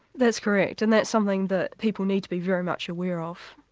that's correct. and that's something that people need to be very much aware of,